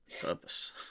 Purpose